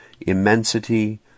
immensity